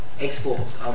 exports